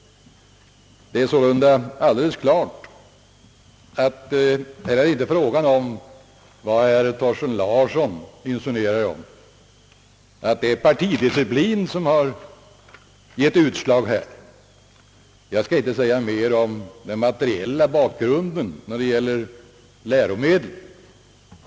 Det är sålunda alldeles klart att det inte är fråga om vad Thorsten Larsson här insinuerar, nämligen att det skulle vara partidisciplin som givit utslag i detta fall. Jag skall inte säga mera om den materiella bakgrunden när det gäller läromedel.